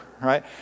right